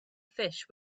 fish